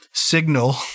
signal